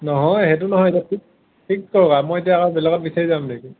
নহয় সেইটো নহয় ঠিক কথা মই এতিয়া আকৌ বেলেগত বিচাৰি যাম নেকি